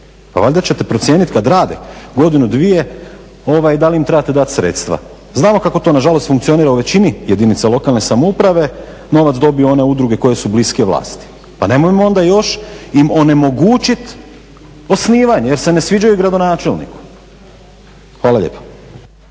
valjda ćete procijeniti kada rade godinu, dvije, da li im trebate dati sredstva. Znamo kako to nažalost funkcionira u većini jedinica lokalne samouprave, novac dobiju one udruge koje su bliske vlasti. Pa nemojmo onda još im onemogućiti osnivanje jer se ne sviđaju gradonačelniku. Hvala lijepa.